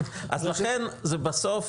בסוף,